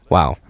Wow